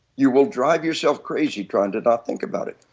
you will drive yourself crazy trying to not think about it.